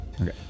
Okay